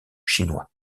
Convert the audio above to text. chinois